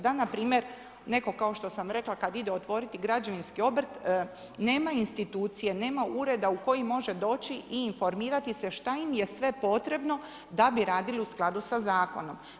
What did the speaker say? Da npr. netko kao što sam rekla kada ide otvoriti građevinski obrt nema institucije, nema ureda u koji može doći i informirati se šta im je sve potrebno da bi radili u skladu sa zakonom.